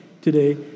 Today